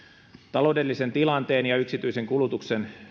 taloudellisen tilanteen ja yksityisen kulutuksen